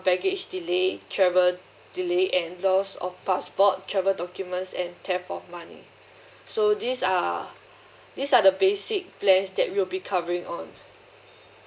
baggage delay travel uh delay and loss of passport travel documents and theft of money so these are these are the basic plans that we'll be covering on